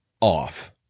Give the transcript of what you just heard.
off